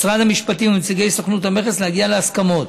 משרד המשפטים ונציגי סוכני המכס, להגיע להסכמות.